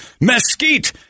mesquite